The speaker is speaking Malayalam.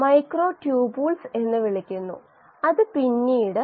5 ആണ്